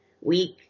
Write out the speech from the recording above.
week